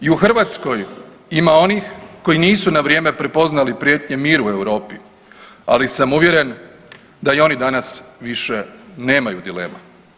I u Hrvatskoj ima onih koji nisu na vrijeme prepoznali prijetnje miru Europi, ali sam uvjeren da i oni danas više nemaju dilema.